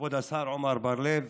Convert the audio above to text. כבוד השר עמר בר לב,